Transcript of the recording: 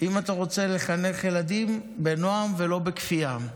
אם אתה רוצה לחנך ילדים, בנועם ולא בכפייה.